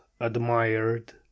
admired